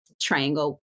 triangle